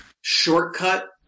shortcut